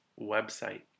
website